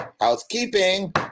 housekeeping